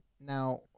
Now